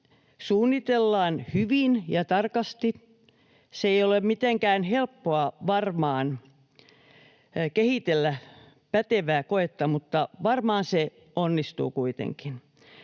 suunnitellaan hyvin ja tarkasti. Se ei ole mitenkään helppoa varmaan kehitellä pätevää koetta, mutta varmaan se onnistuu kuitenkin.